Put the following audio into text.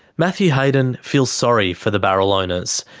matthew hayden feels sorry for the barrel owners,